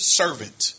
servant